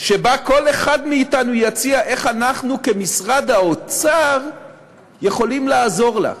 שבה כל אחד מאתנו יציע איך אנחנו כמשרד האוצר יכולים לעזור לה.